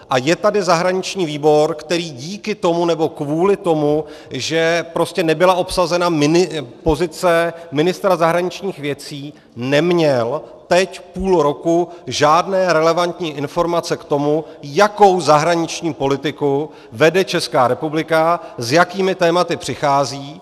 A je tady zahraniční výbor, který díky tomu, nebo kvůli tomu, že prostě nebyla obsazena pozice ministra zahraničních věcí, neměl teď půl roku žádné relevantní informace k tomu, jakou zahraniční politiku vede Česká republika, s jakými tématy přichází.